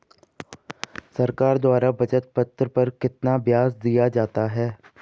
सरकार द्वारा बचत पत्र पर कितना ब्याज दिया जाता है?